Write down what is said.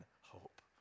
hope